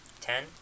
Ten